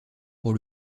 pour